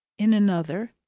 in another,